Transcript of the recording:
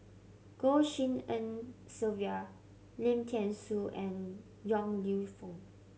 Goh Tshin En Sylvia Lim Thean Soo and Yong Lew Foong